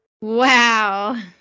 Wow